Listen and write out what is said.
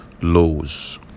laws